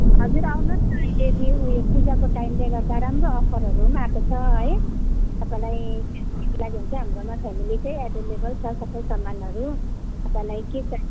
हजुर आउनुहोस् न अहिले उयो पूजाको टाइमले गर्दा राम्रो अफरहरू पनि आएको छ है तपाईँलाई फेमिलीको लागि हो भने चाहिँ हाम्रोमा फेिमेली चाहिँ एभाइलेबल छ सबै सामानहरू तपाईँलाई के चाहिन्छ